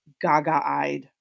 gaga-eyed